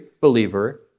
believer